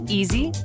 easy